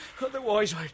Otherwise